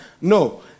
No